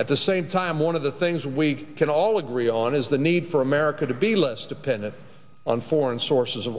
at the same time one of the things we can all agree on is the need for america to be less dependent on foreign sources of